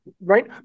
right